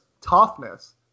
toughness